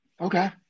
okay